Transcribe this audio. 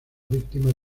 víctima